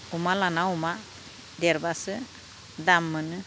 अमा लाना अमा देरबासो दाम मोनो